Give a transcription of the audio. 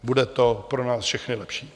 Bude to pro nás všechny lepší.